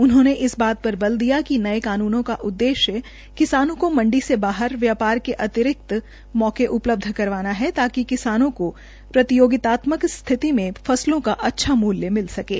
उन्होंने इस बात पर बल दिया कि नये कानूनों का उद्देश्य किसानों को मंडी से बाहर व्यपार के अतिरिक्त मौके उपलब्ध करवाता है ताकि किसानों को प्रतियोगितात्मक स्थिति में फसलों का अच्छा मूल्य सकें